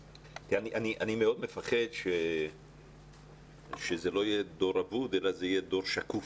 אני מפחד מאוד שזה לא יהיה דור אבוד אלא זה יהיה דור שקוף